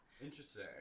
Interesting